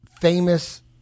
famous